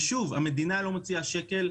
ושוב, המדינה לא מוציאה פה שקל.